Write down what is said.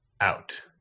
out